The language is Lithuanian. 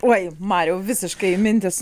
oi mariau visiškai mintys